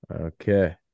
Okay